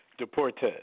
Deportes